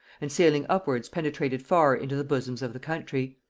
and sailing upwards penetrated far into the bosom of the country.